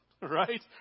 Right